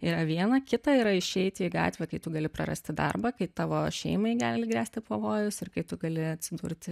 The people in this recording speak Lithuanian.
yra viena kita yra išeiti į gatvę kai tu gali prarasti darbą kai tavo šeimai gali grėsti pavojus ir kai tu gali atsidurti